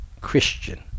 Christian